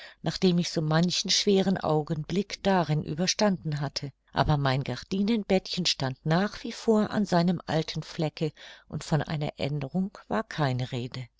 nachdem ich so manchen schweren augenblick darin überstanden hatte aber mein gardinenbettchen stand nach wie vor an seinem alten flecke und von einer aenderung war keine rede